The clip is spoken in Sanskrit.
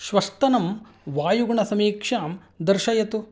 श्वस्तनं वायुगुणसमीक्षां दर्शयतु